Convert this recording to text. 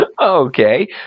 Okay